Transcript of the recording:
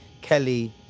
Kelly